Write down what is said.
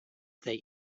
they